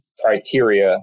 criteria